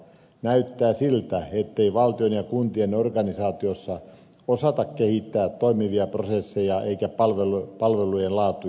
näyttää siltä ettei valtion ja kuntien organisaatioissa osata kehittää toimivia prosesseja eikä palvelujen laatua